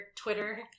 Twitter